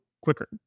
quicker